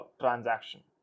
transaction